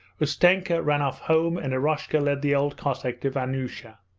ustenka ran off home and eroshka led the old cossack to vanyusha.